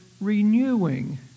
renewing